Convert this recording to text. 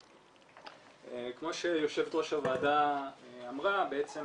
כמו שיושבת ראש הוועדה אמרה בעצם